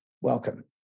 welcome